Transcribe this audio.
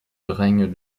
règne